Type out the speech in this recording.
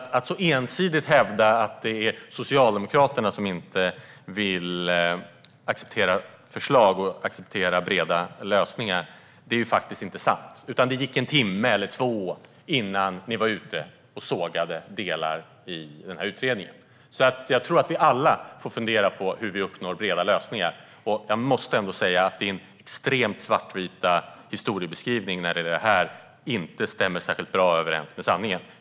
Man hävdar att det är Socialdemokraterna som ensidigt inte vill acceptera förslag och breda lösningar. Det är faktiskt inte sant. Det gick en timme eller två innan ni sågade delar av utredningen. Jag tror att vi alla får fundera på hur vi uppnår breda lösningar. Och jag måste säga att din extremt svartvita historiebeskrivning när det gäller detta inte stämmer särskilt bra överens med sanningen.